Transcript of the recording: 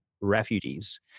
refugees